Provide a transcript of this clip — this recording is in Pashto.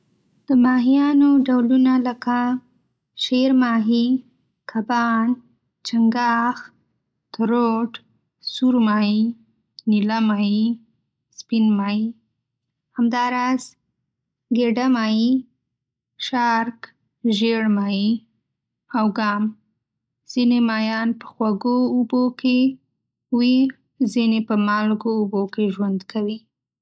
د ماهیانو ډولونه لکه: شېرماهی، کبان، چنګاښ، ترُوت، سور‌ماهی، نیله‌ماهی، سپین‌ماهی،. همداراز، ګیډه‌ماهی، شارک، ژیړ ماهی، او گام. ځینې ماهیان په خوږو اوبو کې وي، ځینې په مالګو اوبو کې ژوند کوي